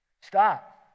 Stop